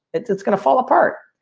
it's it's gonna fall apart.